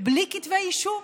בלי כתבי אישום,